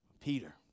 Peter